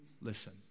listen